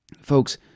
Folks